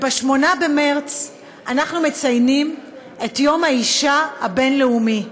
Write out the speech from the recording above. ב-8 במרס אנחנו מציינים את יום האישה הבין-לאומי.